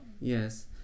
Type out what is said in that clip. yes